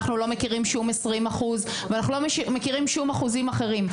אנחנו לא מכירים שום 20 אחוז ואנחנו לא מכירים שום אחוזים אחרים,